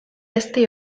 ezti